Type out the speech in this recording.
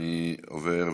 אני ממשיך: